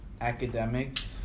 academics